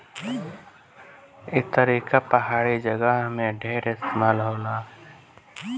ई तरीका पहाड़ी जगह में ढेर इस्तेमाल होला